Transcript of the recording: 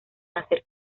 hacer